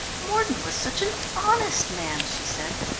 mordon was such an honest man, she said.